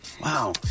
Wow